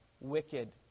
wicked